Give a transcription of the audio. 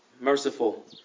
merciful